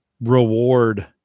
reward